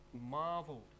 marveled